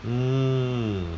mm